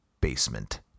Basement